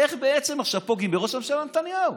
איך בעצם עכשיו פוגעים בראש הממשלה נתניהו.